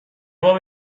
باب